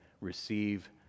Receive